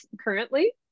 currently